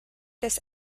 this